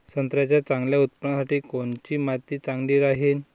संत्र्याच्या चांगल्या उत्पन्नासाठी कोनची माती चांगली राहिनं?